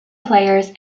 players